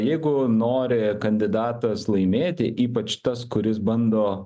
jeigu nori kandidatas laimėti ypač tas kuris bando